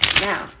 now